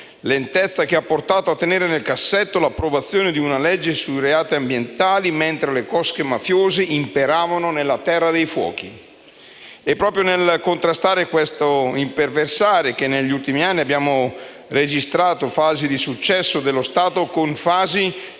e che ha portato a tenere nel cassetto l'approvazione di una legge sui reati ambientali, mentre le cosche mafiose imperavano nella terra dei fuochi. E' proprio nel contrastare questo imperversare che, negli ultimi anni, abbiamo registrato fasi di successo dello Stato e fasi